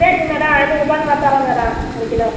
சரிங்க மேடம் ஐந்நூறுரூபான்னு நான் தர்றேன் மேடம் ஒரு கிலோ